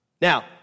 Now